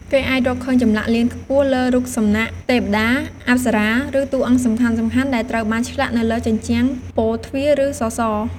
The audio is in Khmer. គេអាចរកឃើញចម្លាក់លៀនខ្ពស់លើរូបសំណាកទេពតា អប្សរា ឬតួអង្គសំខាន់ៗដែលត្រូវបានឆ្លាក់នៅលើជញ្ជាំង ពោធិ៍ទ្វារ ឬសសរ។